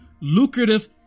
lucrative